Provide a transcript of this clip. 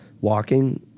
walking